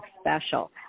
special